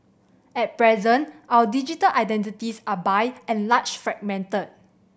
at present our digital identities are by and large fragmented